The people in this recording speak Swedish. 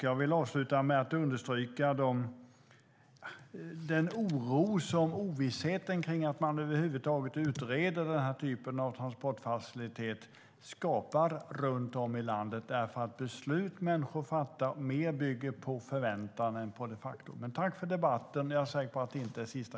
Jag vill avsluta med att understryka den oro som ovissheten kring att man över huvud taget utreder den här typen av transportfacilitet skapar runt om i landet eftersom beslut människor fattar bygger mer på förväntan än på faktum. Men tack för debatten, statsrådet! Jag är säker på att det inte var den sista.